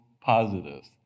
positives